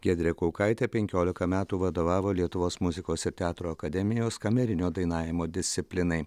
giedrė kaukaitė penkiolika metų vadovavo lietuvos muzikos ir teatro akademijos kamerinio dainavimo disciplinai